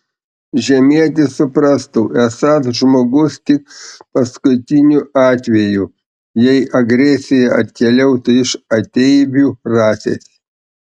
žemietis suprastų esąs žmogus tik paskutiniu atveju jei agresija atkeliautų iš ateivių rasės